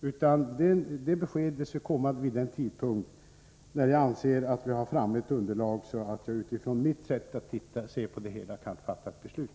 Detta besked skall komma vid den tidpunkt när jag anser att vi har fått fram ett sådant underlag att vi kan fatta ett beslut.